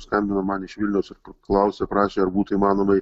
skambino man iš vilniaus klausė prašė ar būtų įmanoma